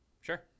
Sure